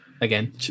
Again